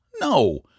No